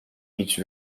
each